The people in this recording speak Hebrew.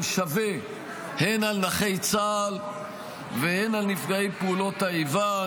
שווה הן על נכי צה"ל והן על נפגעי פעולות האיבה,